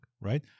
right